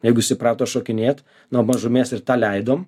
jeigu jis įprato šokinėt nuo mažumės ir tą leidom